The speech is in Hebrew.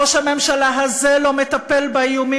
ראש הממשלה הזה לא מטפל באיומים,